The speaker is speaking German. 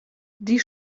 die